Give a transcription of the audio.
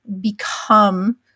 become